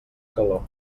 calor